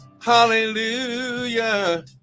Hallelujah